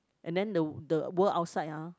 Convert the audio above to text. and then the the world outside ah